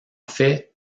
fait